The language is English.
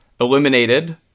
eliminated